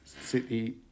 City